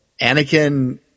Anakin